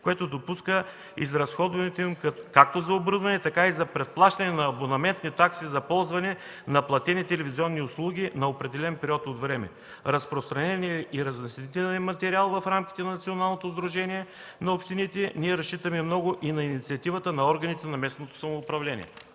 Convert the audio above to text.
което допуска изразходването им както за оборудване, така и за предплащане на абонаментни такси за ползване на платени телевизионни услуги на определен период от време, разпространение и разяснителен материал в рамките на Националното сдружение на общините. Ние разчитаме много и на инициативата на органите на местното самоуправление.